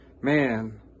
Man